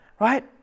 right